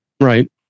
Right